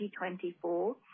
2024